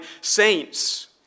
saints